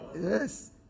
Yes